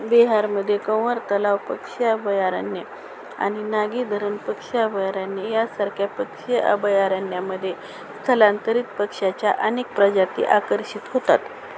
बिहारमध्येे कंवर तलाव पक्षी अभयारण्य आणि नागी धरण पक्षी अभयारण्य यासारख्या पक्षी अभयारण्यामध्ये स्थलांतरित पक्षाच्या अनेक प्रजाती आकर्षित होतात